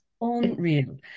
unreal